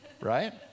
right